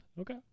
Okay